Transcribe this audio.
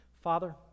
Father